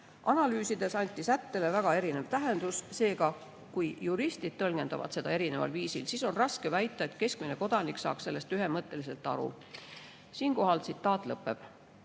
analüüsides anti sättele väga erinev tähendus. Seega, kui juristid tõlgendavad seda erineval viisil, siis on raske väita, et keskmine kodanik saaks sellest ühemõtteliselt aru." Siinkohal tsitaat